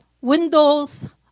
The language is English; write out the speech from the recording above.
windows